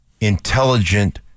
intelligent